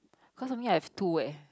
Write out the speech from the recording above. cause for me I have two eh